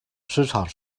市场